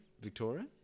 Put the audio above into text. Victoria